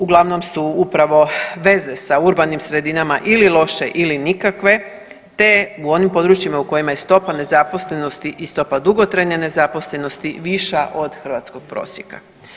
Uglavnom su upravo veze s urbanim sredinama ili loše ili nikakve te u onim područjima u kojima je stopa nezaposlenosti i stopa dugotrajne nezaposlenosti viša od hrvatskog prosjeka.